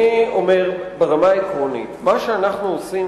אני אומר ברמה העקרונית: מה שאנחנו עושים